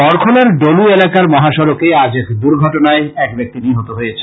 বড়খলার ডলু এলাকার মহাসড়কে আজ এক দুর্ঘটনায় এক ব্যক্তি নিহত হয়েছেন